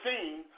seen